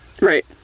Right